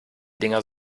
dinger